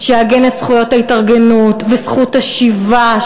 שתעגן את זכויות ההתארגנות וזכות השביתה,